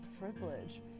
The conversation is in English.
privilege